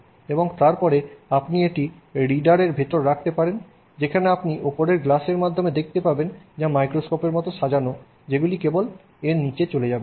এবং তারপরে আপনি এটি একটি রিডার এর ভিতরে রাখতে পারেন যেখানে আপনি উপরে কয়েকটি গ্লাসের মাধ্যমে দেখতে পাবেন যা মাইক্রোস্কোপের মতো সাজানো যেগুলি কেবল এর নীচে চলে যাবে